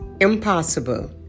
impossible